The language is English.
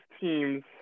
teams